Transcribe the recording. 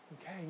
Okay